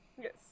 Yes